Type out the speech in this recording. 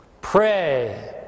Pray